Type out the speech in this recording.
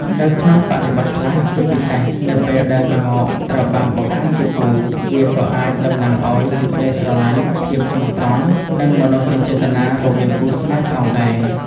នៅក្នុងបរិបទខ្លះ ជាពិសេសនៅពេលដែលក្ងោកត្រូវបានបង្ហាញជាគូ វាក៏អាចតំណាងឱ្យ សេចក្តីស្រឡាញ់ ភាពស្មោះត្រង់ និង មនោសញ្ចេតនា រវាងគូស្នេហ៍ផងដែរ។